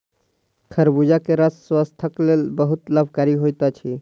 खरबूजा के रस स्वास्थक लेल बहुत लाभकारी होइत अछि